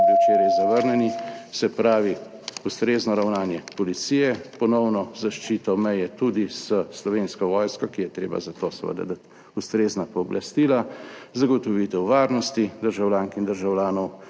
včeraj zavrnjeni, se pravi, ustrezno ravnanje policije, ponovno zaščito meje tudi s Slovensko vojsko, ki je treba za to seveda dati ustrezna pooblastila, zagotovitev varnosti državljank in državljanov,